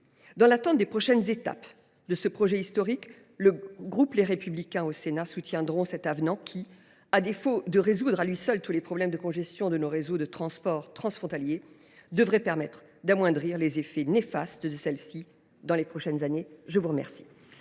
Dans l’attente des prochaines étapes de ce projet historique, le groupe Les Républicains du Sénat soutiendra cet avenant, qui, à défaut de résoudre à lui seul tous les problèmes de congestion de nos réseaux de transports transfrontaliers, devrait permettre d’amoindrir les effets néfastes de ceux ci dans les prochaines années. La parole